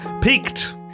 peaked